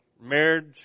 marriage